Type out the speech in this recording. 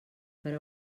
però